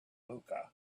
hookah